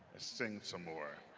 sing some more.